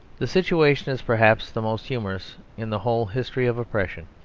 the situation is perhaps the most humorous in the whole history of oppression.